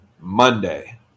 Monday